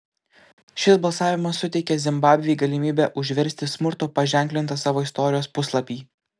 šis balsavimas suteikė zimbabvei galimybę užversti smurto paženklintą savo istorijos puslapį